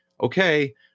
okay